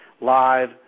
live